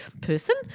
person